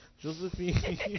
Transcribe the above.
Josephine